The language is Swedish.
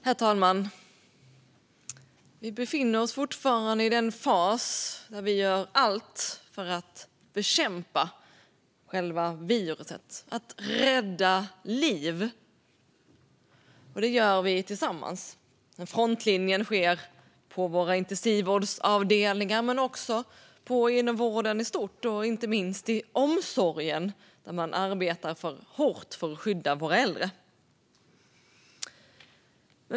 Herr talman! Vi befinner oss fortfarande i den fas då vi gör allt för att bekämpa själva viruset och rädda liv. Det gör vi tillsammans. Frontlinjen är på våra intensivvårdsavdelningar, inom vården i stort och inte minst i omsorgen där man arbetar hårt för att skydda våra äldre.